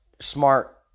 smart